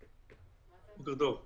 מטורף.